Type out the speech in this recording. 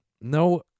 no